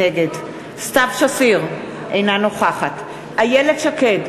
נגד סתיו שפיר, אינה נוכחת איילת שקד,